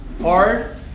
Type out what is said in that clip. hard